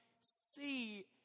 see